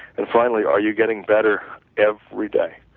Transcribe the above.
and finally, are you getting better every day.